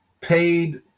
paid